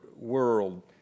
world